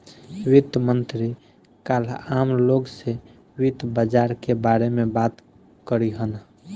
वित्त मंत्री काल्ह आम लोग से वित्त बाजार के बारे में बात करिहन